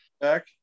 back